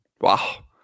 Wow